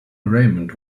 raymond